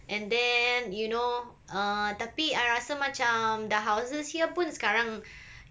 and then you know uh tapi I rasa macam the houses here pun sekarang